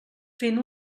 fent